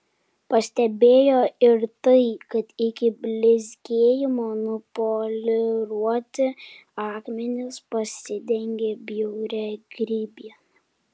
pastebėjo ir tai kad iki blizgėjimo nupoliruoti akmenys pasidengė bjauria grybiena